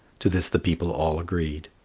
to this the people all agreed.